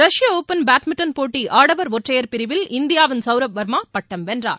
ரஷ்ய open badminton போட்டிஆடவர் ஒற்றையர் பிரிவில் இந்தியாவின் சவ்ரவ் வர்மாபட்டம்வென்றார்